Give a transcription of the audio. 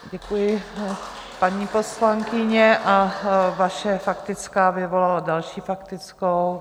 Děkuji, paní poslankyně, a vaše faktická vyvolala další faktickou.